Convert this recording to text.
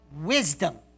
wisdom